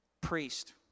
priest